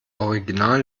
original